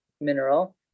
mineral